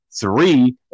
Three